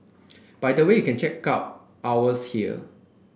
by the way you can check out ours here